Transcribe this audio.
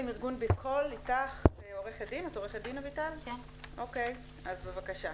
ארגון "בקול" עו"ד אביטל ישר רוזנאי בבקשה.